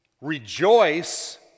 rejoice